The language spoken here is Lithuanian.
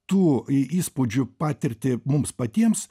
tų į įspūdžių patirtį mums patiems